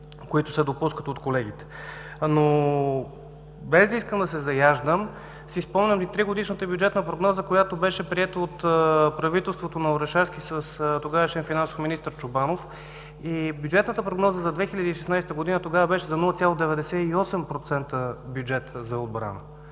които се допускат от колегите. Без да искам да се заяждам си спомням и тригодишната бюджетна прогноза, която беше приета от правителството на Орешарски с тогавашен финансов министър Чобанов и бюджетната прогноза за 2016 г. беше за 0,98% бюджет за отбрана.